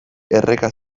erreka